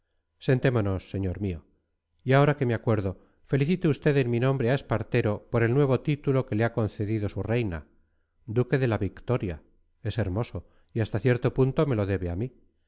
sentémonos señor mío y ahora que me acuerdo felicite usted en mi nombre a espartero por el nuevo título que le ha concedido su reina duque de la victoria es hermoso y hasta cierto punto me lo debe a mí